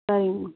சரிங்கம்மா